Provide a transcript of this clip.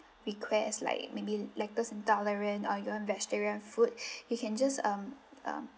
requests like maybe lactose intolerant or you want vegetarian food you can just um um